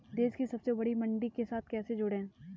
देश की सबसे बड़ी मंडी के साथ कैसे जुड़ें?